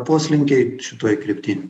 poslinkiai šitoj krypty